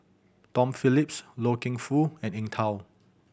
Tom Phillips Loy Keng Foo and Eng Tow